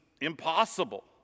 impossible